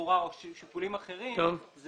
התחבורה או שיקולים אחרים, זה